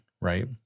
right